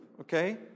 okay